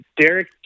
Derek